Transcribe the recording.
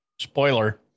Spoiler